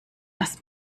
dass